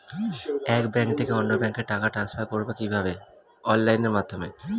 এক ব্যাংক থেকে অন্য ব্যাংকে টাকা ট্রান্সফার করবো কিভাবে?